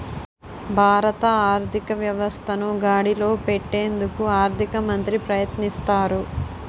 భారత ఆర్థిక వ్యవస్థను గాడిలో పెట్టేందుకు ఆర్థిక మంత్రి ప్రయత్నిస్తారు